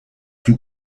plus